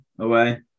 away